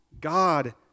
God